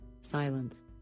Silence